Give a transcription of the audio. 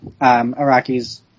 Iraqis